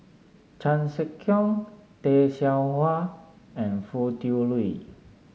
Chan Sek Keong Tay Seow Huah and Foo Tui Liew